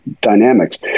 dynamics